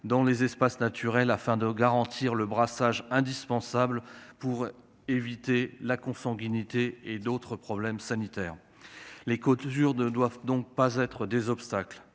Elle seule peut garantir le brassage indispensable pour éviter la consanguinité et d'autres problèmes sanitaires. Les clôtures ne doivent donc pas être des obstacles.